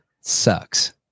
Sucks